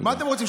מה אתם רוצים,